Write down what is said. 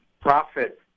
profit